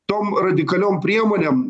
tom radikalioms priemonėm